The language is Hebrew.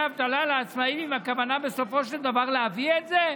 אבטלה לעצמאים אם הכוונה בסופו של דבר להביא את זה?